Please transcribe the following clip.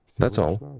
that's all.